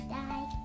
die